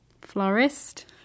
Florist